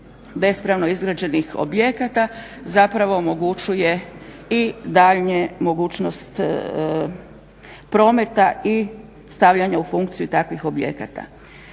bespravno izgrađenih objekata zapravo omogućuje i daljnje mogućnost prometa i stavljanja u funkciju takvih objekata.